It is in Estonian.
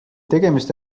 tegemist